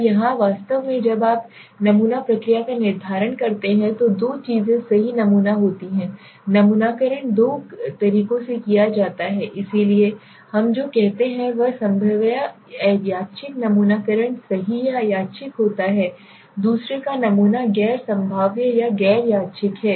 अब यहाँ वास्तव में जब आप नमूना प्रक्रिया का निर्धारण करते हैं तो दो चीजें सही नमूना होती हैं नमूनाकरण दो तरीकों से किया जाता है इसलिए हम जो कहते हैं वह संभाव्य या यादृच्छिक नमूनाकरण सही या यादृच्छिक होता है दूसरे का नमूना गैर संभाव्य या गैर यादृच्छिक है